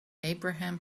abraham